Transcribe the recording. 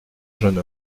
jeune